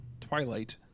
Twilight